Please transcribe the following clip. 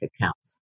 accounts